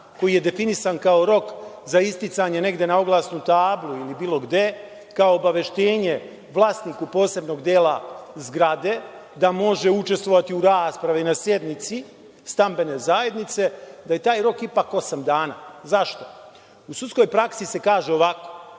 koji je definisan kao rok za isticanje negde na oglasnu tablu ili bilo gde, kao obaveštenje vlasniku posebnog dela zgrade, da može učestvovati u raspravi na sednici stambene zajednice, da je taj rok ipak osam dana. Zašto? U sudskoj praksi se kaže ovako